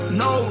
no